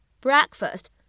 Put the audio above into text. breakfast